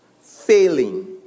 failing